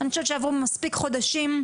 אני חושבת שעברו מספיק חודשים,